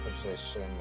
position